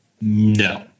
no